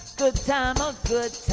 so good. sound good.